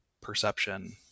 perception